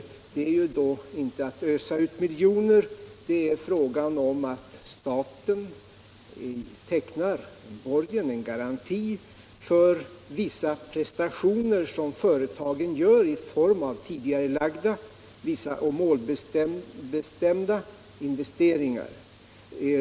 Det är ju inte fråga om att ösa ut miljoner, utan om att staten tecknar borgen som en garanti för vissa prestationer som företagen gör i form av vissa tidigarelagda och målbestämda investeringar.